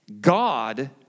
God